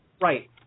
Right